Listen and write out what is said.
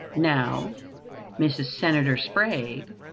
now mrs. senator sprague,